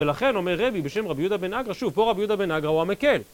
ולכן אומר רבי בשם רבי יהודה בן אגרא... שוב, פה רבי יהודה בן אגרא הוא המקל.